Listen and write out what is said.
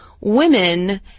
women